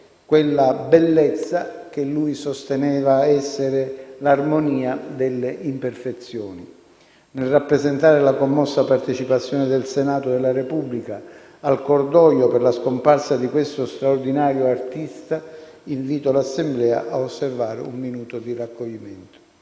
quella bellezza che lui sosteneva essere «l'armonia delle imperfezioni». Nel rappresentare la commossa partecipazione del Senato della Repubblica al cordoglio per la scomparsa di questo straordinario artista, invito l'Assemblea a osservare un minuto di raccoglimento.